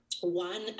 one